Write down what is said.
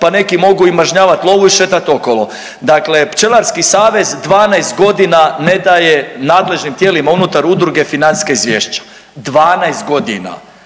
pa neki mogu i mažnjavat lovu i šetat okolo. Dakle pčelarski savez 12.g. ne daje nadležnim tijelima unutar udruge financijska izvješća, 12.g., a